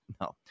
No